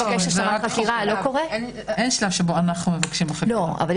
--- אין שלב שבו אנחנו מבקשים --- יש